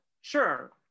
Sure